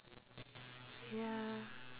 ya